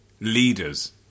leaders